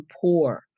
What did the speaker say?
poor